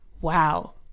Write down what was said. wow